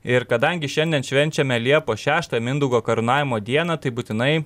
ir kadangi šiandien švenčiame liepos šeštą mindaugo karūnavimo dieną tai būtinai